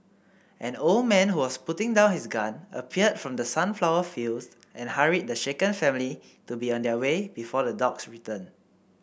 an old man who was putting down his gun appeared from the sunflower fields and hurried the shaken family to be on their way before the dogs return